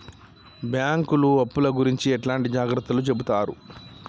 బ్యాంకులు అప్పుల గురించి ఎట్లాంటి జాగ్రత్తలు చెబుతరు?